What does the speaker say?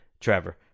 Trevor